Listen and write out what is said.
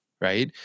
right